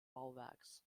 bauwerks